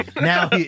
Now